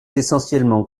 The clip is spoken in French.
essentiellement